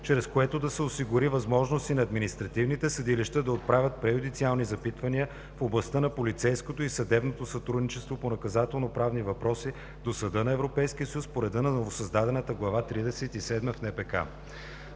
чрез което да се осигури възможност и на административните съдилища да отправят преюдициални запитвания в областта на полицейското и съдебното сътрудничество по наказателноправни въпроси до Съда на Европейския съюз по реда на новосъздадената Глава тридесет